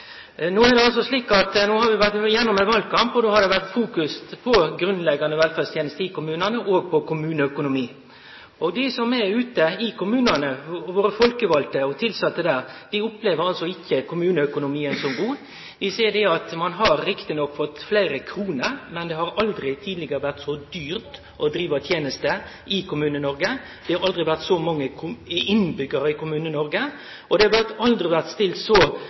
No er det slik at vi har vore gjennom ein valkamp, og der har det vore fokusert på grunnleggjande velferdstenester i kommunane og på kommuneøkonomi. Dei som er ute i kommunane, våre folkevalde og dei tilsette der, opplever altså ikkje kommuneøkonomien som god. Dei seier at rett nok har ein fått fleire kroner, men det har aldri tidlegare vore så dyrt å drive tenester i Kommune-Noreg, det har aldri vore så mange innbyggjarar i Kommune-Noreg, og det har aldri vore stilt så